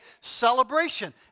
celebration